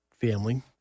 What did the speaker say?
family